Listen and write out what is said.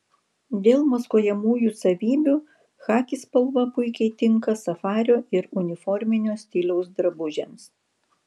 dėl maskuojamųjų savybių chaki spalva puikiai tinka safario ir uniforminio stiliaus drabužiams